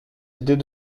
idées